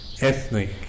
ethnic